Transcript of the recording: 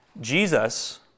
Jesus